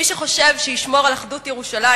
מי שחושב שישמור על אחדות ירושלים